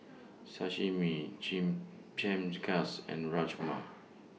Sashimi Chimichangas and Rajma